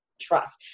Trust